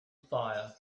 fire